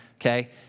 okay